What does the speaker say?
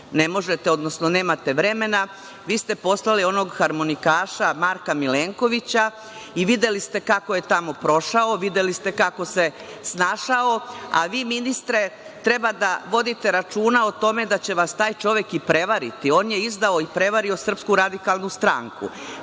ne možete, odnosno nemate vremena, vi ste poslali onog harmonikaša, Marka Milenkovića. Videli ste kako je tamo prošao. Videli ste kako se snašao, a vi ministre treba da vodite računa o tome da će vas taj čovek i prevariti. On je izdao i prevario SRS. Taj Marko